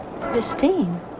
Pristine